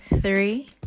Three